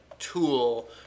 tool